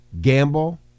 gamble